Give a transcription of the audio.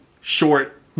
short